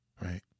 Right